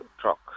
truck